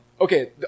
Okay